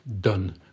done